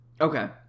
Okay